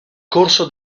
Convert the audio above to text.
corso